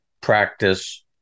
practice